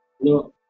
no